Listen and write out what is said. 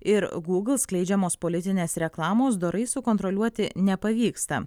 ir gūgl skleidžiamos politinės reklamos dorai sukontroliuoti nepavyksta